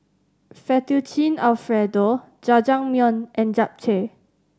Fettuccine Alfredo Jajangmyeon and Japchae